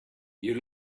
you